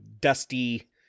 dusty